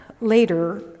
later